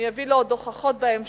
אני אביא לו עוד הוכחות בהמשך,